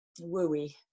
wooey